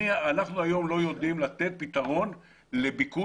אנחנו היום לא יודעים לתת פתרון לביקוש